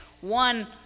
one